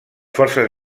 forces